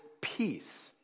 peace